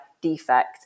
defect